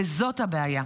וזאת הבעיה.